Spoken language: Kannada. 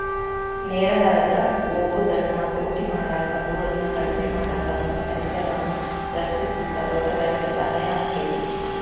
ನೇರ ಹರದ ಹೊಗುದನ್ನ ಹತೋಟಿ ಮಾಡಾಕ, ದೂಳನ್ನ ಕಡಿಮಿ ಮಾಡಾಕ ಮತ್ತ ಪರಿಸರವನ್ನ ರಕ್ಷಿಸಲಿಕ್ಕೆ ತೋಟಗಾರಿಕೆ ಸಹಾಯ ಆಕ್ಕೆತಿ